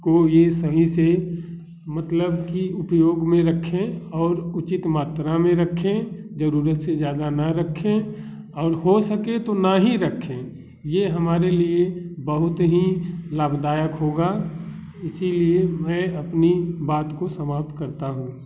को ये सही से मतलब कि उपयोग में रखें और उचित मात्रा में रखें जरूरत से ज़्यादा ना रखें और हो सके तो ना ही रखें ये हमारे लिए बहुत ही लाभदायक होगा इसीलिए मैं अपनी बात को समाप्त करता हूँ